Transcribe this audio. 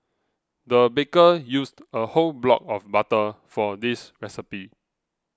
the baker used a whole block of butter for this recipe